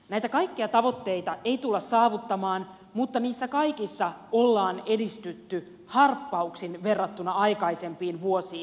näitä kaikkia tavoitteita ei tulla saavuttamaan mutta niissä kaikissa ollaan edistytty harppauksin verrattuna aikaisempiin vuosiin